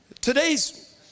Today's